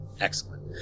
Excellent